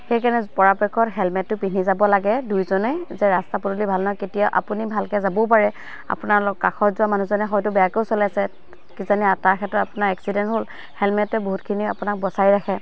সেইকাৰণে পৰাপক্ষত হেলমেটটো পিন্ধি যাব লাগে দুয়োজনেই যে ৰাস্তা পদূলি ভাল নহয় কেতিয়াও আপুনি ভালকে যাবও পাৰে আপোনাৰ কাষত যোৱা মানুহজনে হয়তো বেয়াকৈও চলাইছে কিজানি তাৰ ক্ষেত্ৰত আপোনাৰ এক্সিডেণ্ট হ'ল হেলমেটে বহুতখিনি আপোনাক বচাই ৰাখে